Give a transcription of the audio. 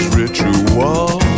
ritual